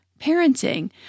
parenting